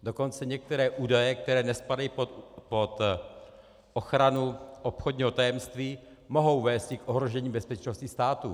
Dokonce některé údaje, které nespadají pod ochranu obchodního tajemství, mohou vést i k ohrožení bezpečnosti státu.